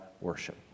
worship